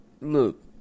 look